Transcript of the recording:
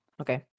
Okay